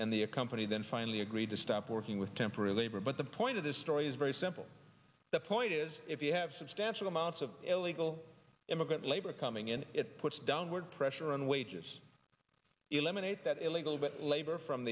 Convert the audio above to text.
and the a company then finally agreed to stop working with temporary labor but the point of this story is very simple the point is if you have substantial amounts of illegal immigrant labor coming in it puts downward pressure on wages eliminate that illegal but labor from